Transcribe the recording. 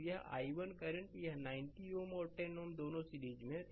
तो यह i1 current यह 90 Ω है और 10 Ω दोनों सीरीज में हैं